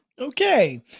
Okay